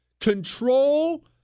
Control